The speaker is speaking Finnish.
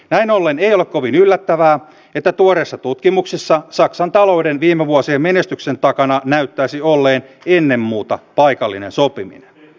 näin ollen ei ole kovin yllättävää että tuoreissa tutkimuksissa saksan talouden viime vuosien menestyksen takana näyttäisi olleen ennen muuta paikallinen sopiminen